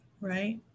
right